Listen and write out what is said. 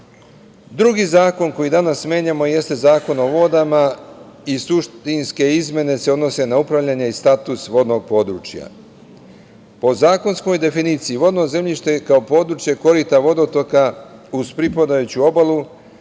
zakon, koji danas menjamo, jeste Zakon o vodama i suštinske izmene se odnose na upravljanje i status vodnog područja. Po zakonskoj definiciji vodno zemljište je kao područje korita vodotoka, uz pripadajuću obalu,